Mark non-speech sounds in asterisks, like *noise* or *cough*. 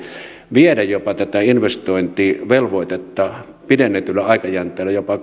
viedä jopa tätä investointivelvoitetta pidennetyllä aikajänteellä jopa *unintelligible*